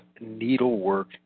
needlework